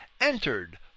entered